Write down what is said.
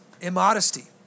immodesty